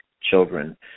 children